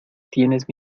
tienes